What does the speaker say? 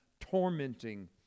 tormenting